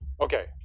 okay